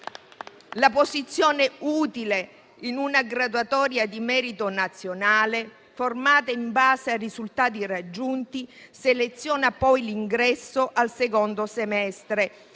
La posizione utile in una graduatoria di merito nazionale, formata in base ai risultati raggiunti, seleziona poi l'ingresso al secondo semestre